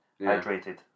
hydrated